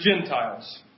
Gentiles